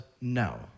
no